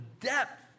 depth